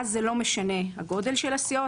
כשאז זה לא משנה גודל הסיעות,